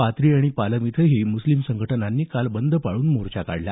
पाथरी आणि पालम इथंही मुस्लिम संघटनांनी बंद पाळून मोर्चा काढला